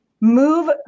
move